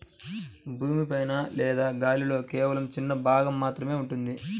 భూమి పైన లేదా గాలిలో కేవలం చిన్న భాగం మాత్రమే ఉంటుంది